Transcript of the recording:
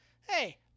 hey